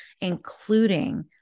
including